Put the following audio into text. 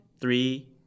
three